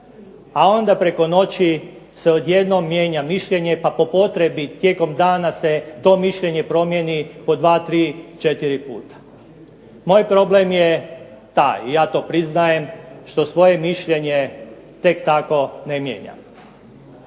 a onda preko noći se odjednom mijenja mišljenje pa potrebi tijekom dana se to mišljenje promijeni po dva, tri, četiri puta. Moj problem je taj, i ja to priznajem, što svoje mišljenje tek tako ne mijenjam